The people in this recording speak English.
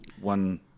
one